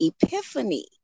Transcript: epiphany